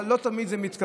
אבל לא תמיד זה מתקבל.